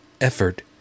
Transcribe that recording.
effort